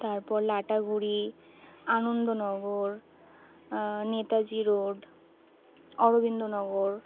তারপর লাটাগুড়ি আনন্দনগর নেতাজি রোড অরবিন্দনগর